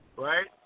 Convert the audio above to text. Right